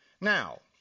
Now